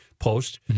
post